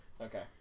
Okay